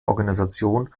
organisation